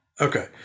Okay